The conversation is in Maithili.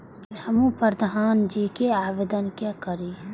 हमू प्रधान जी के आवेदन के करी?